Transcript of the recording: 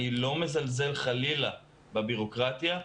אני לא מזלזל חלילה בבירוקרטיה,